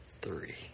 three